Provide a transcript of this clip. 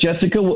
Jessica